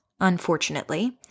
Unfortunately